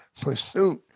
pursuit